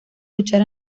luchar